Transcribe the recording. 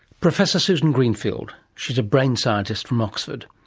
professor susan greenfield, she's a brain scientist from oxford.